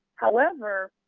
however,